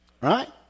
right